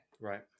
Right